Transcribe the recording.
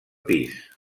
pis